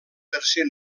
tercer